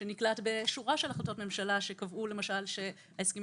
שנקלט בשורה של החלטות ממשלה שקבעו למשל שההסכמים